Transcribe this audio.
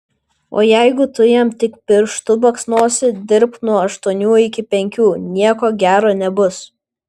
o jeigu tu jam tik pirštu baksnosi dirbk nuo aštuonių iki penkių nieko gero nebus